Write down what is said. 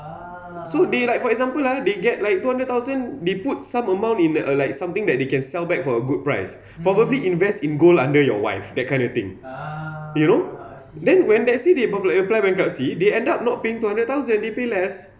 so they like for example ah they get like two hundred thousand they put some amount in the alike something that they can sell back for a good price probably invest in gold under your wife that kind of thing you know then when that they apply for bankruptcy they end up not paying two hundred thousand they pay less